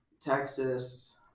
texas